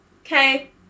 Okay